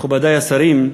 מכובדי השרים,